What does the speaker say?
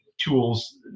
tools